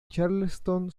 charleston